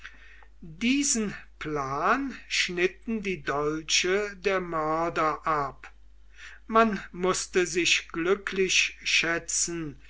diesen plan schnitten die dolche der mörder ab man mußte sich glücklich schätzen